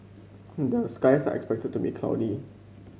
the skies are expected to be cloudy